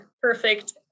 perfect